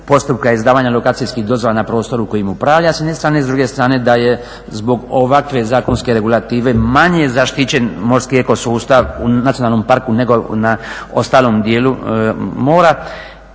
postupka izdavanja lokacijskih dozvola na prostoru kojim upravlja s jedne strane, s druge strane da je zbog ovakve zakonske regulative manje zaštićen morski eko sustav u nacionalno parku nego na ostalom dijelu mora